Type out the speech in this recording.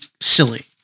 silly